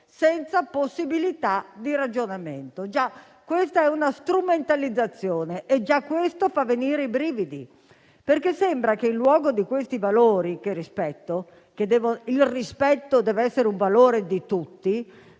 senza possibilità di ragionamento. Questa è una strumentalizzazione, e già questo fa venire i brividi, perché sembra che, in luogo di questi valori, cioè in sintesi del rispetto che deve essere valore di tutti,